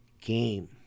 game